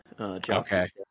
Okay